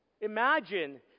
Imagine